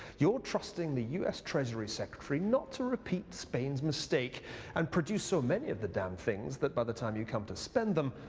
you're trusting the us treasury secretary not to repeat spain's mistake and produce so many of the damn things that by the time you come to spend them,